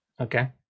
Okay